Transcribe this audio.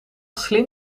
slim